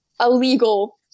illegal